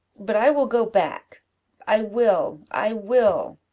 but i will go back i will i will.